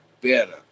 better